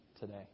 today